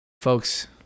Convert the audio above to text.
Folks